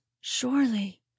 surely